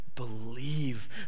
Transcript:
believe